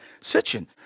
Sitchin